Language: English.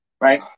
right